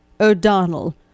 O'Donnell